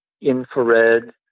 infrared